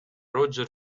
рожер